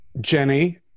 Jenny